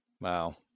Wow